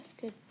good